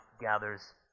gathers